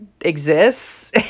exists